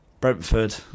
Brentford